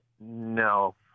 No